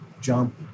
jump